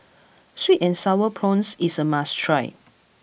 sweet and sour prawns is a must try